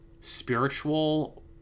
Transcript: spiritual